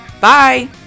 Bye